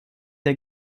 der